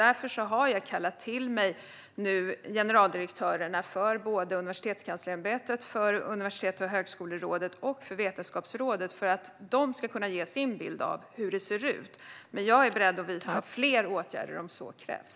Därför har jag kallat till mig generaldirektörerna för Universitetskanslersämbetet, Universitets och högskolerådet och Vetenskapsrådet för att de ska kunna ge sin bild av hur det ser ut, och jag är beredd att vidta fler åtgärder om så krävs.